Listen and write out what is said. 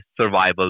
survival